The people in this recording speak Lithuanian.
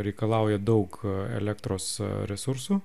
reikalauja daug elektros resursų